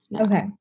Okay